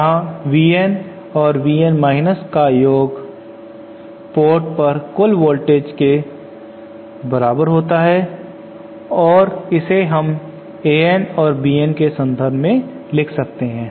जहां V N और V N minus का योग पोर्ट पर कुल वोल्टेज के बराबर होता है और इसे हम a N और b N के संदर्भ में लिख सकते हैं